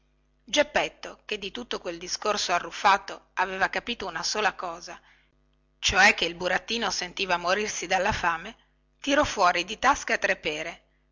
geppetto che di tutto quel discorso arruffato aveva capito una cosa sola cioè che il burattino sentiva morirsi dalla gran fame tirò fuori di tasca tre pere